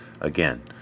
again